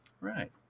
Right